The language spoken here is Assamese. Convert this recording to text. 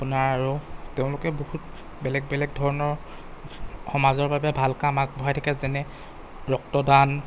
আপোনাৰ আৰু তেওঁলোকে বহুত বেলেগ বেলেগ ধৰণৰ সমাজৰ বাবে ভাল কাম আগবঢ়াই থাকে যেনে ৰক্তদান